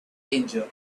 danger